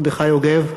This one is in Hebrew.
מרדכי יוגב,